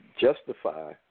justify